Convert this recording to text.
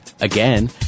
Again